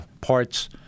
parts